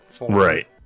Right